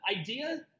idea